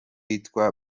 yitwa